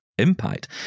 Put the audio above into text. impact